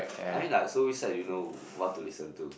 I mean like so which side do you know what to listen to